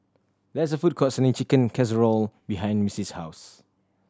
there's a food court selling Chicken Casserole behind Missie's house